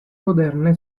moderne